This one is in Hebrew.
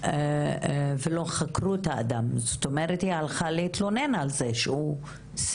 ואומרים אני חושבת שיש לי מעקב על הטלפון שלי,